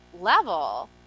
level